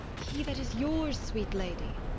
he that is yours, sweet lady.